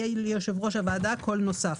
יהיה ליושב ראש הוועדה קול נוסף.